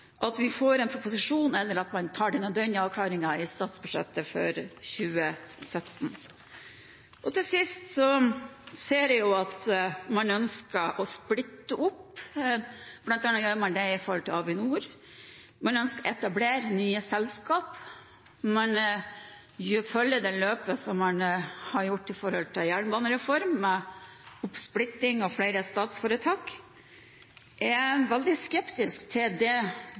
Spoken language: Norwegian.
at vi får en proposisjon, eller at man tar den nødvendige avklaringen i statsbudsjettet for 2017. Til sist ser jeg at man ønsker å splitte opp, bl.a. gjør man det når det gjelder Avinor. Man ønsker å etablere nye selskaper. Man følger det løpet man har fulgt i forbindelse med jernbanereformen, med oppsplitting i flere statsforetak. Jeg er veldig skeptisk til det økte byråkratiet det kommer til å medføre, og jeg tror ikke det